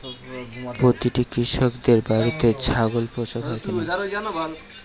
প্রতিটি কৃষকদের বাড়িতে ছাগল পোষা হয় কেন?